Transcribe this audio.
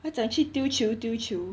他讲去丢球丢球